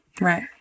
Right